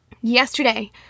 Yesterday